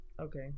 Okay